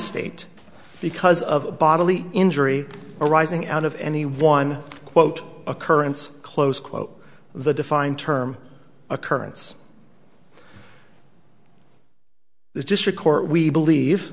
state because of bodily injury arising out of any one quote occurrence close quote the defined term occurrence the district court we